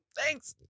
Thanks